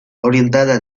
orientada